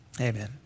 amen